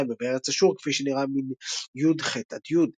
במצרים ובארץ אשור כפי שנראה מן י', ח' - י'.